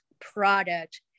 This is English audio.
product